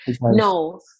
No